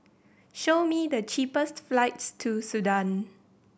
show me the cheapest flights to Sudan